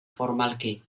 formalki